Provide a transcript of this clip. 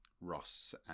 Ross